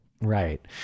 Right